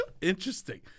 Interesting